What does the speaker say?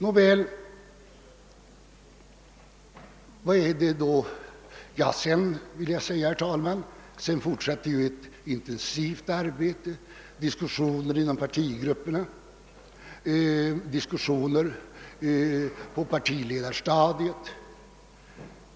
Sedan författningsutredningens förslag framlagts följde ett intensivt arbete och många diskussioner inom partigrupperna och på partiledarplanet.